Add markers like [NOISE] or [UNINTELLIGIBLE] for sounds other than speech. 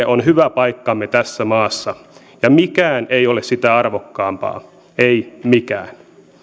[UNINTELLIGIBLE] on hyvä paikkamme tässä maassa ja mikään ei ole sitä arvokkaampaa ei mikään